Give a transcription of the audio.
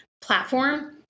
platform